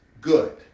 good